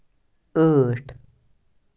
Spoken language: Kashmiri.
ٲٹھ